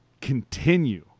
continue